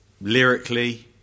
lyrically